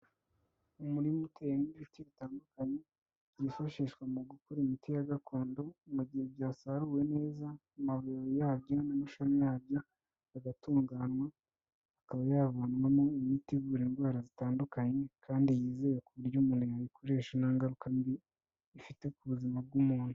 Umurima uteyemo ibiti bitandukanye byifashishwa mu gukora imiti ya gakondo mu gihe byasaruwe neza, amababi yabyo n'amashami yabyo agatunganywa akaba yavanwamo imiti ivura indwara zitandukanye, kandi yizewe ku buryo umuntu yayikoresha nta ngaruka mbi ifite ku buzima bw'umuntu.